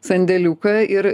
sandėliuką ir